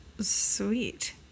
sweet